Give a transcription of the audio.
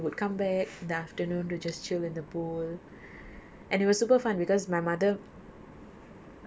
ya so there was a number of games there itself and then we would come back in the afternoon to just chill in the pool